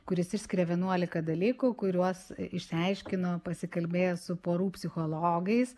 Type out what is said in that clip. kuris išskiria vienuoliką dalykų kuriuos išsiaiškino pasikalbėjęs su porų psichologais